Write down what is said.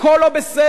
הכול לא בסדר.